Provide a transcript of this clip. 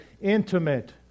Intimate